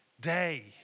day